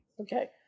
Okay